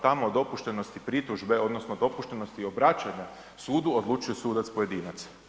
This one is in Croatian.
Tamo dopuštenosti pritužbe, odnosno, dopuštenosti obraćanja sudu, odlučuje sudac pojedinac.